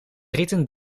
rieten